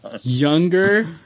Younger